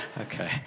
Okay